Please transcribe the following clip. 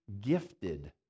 gifted